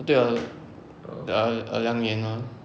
对 ah err err 两年 ah